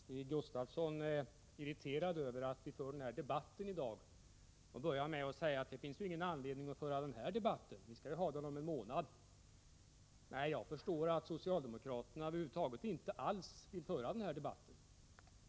Herr talman! Stig Gustafsson är irriterad över att vi för den här debatten i dag och säger att det inte finns någon anledning till det, för vi skall ha den debatten om en månad. Jag förstår att socialdemokraterna över huvud taget inte alls vill föra den här debatten.